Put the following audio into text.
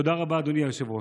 תודה רבה, אדוני היושב-ראש.